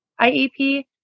IEP